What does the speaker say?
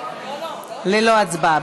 ללא הצבעה.